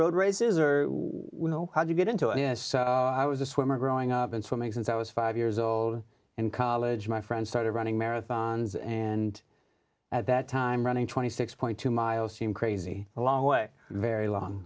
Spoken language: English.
road races or will you get into yes i was a swimmer growing up and swimming since i was five years old in college my friends started running marathons and at that time running twenty six two miles seemed crazy a long way very long